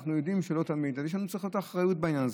אני חושב שצריכה להיות אחריות בעניין הזה.